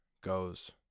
goes